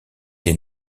des